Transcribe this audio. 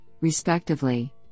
respectively